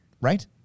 Right